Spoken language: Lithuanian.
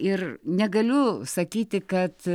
ir negaliu sakyti kad